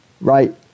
right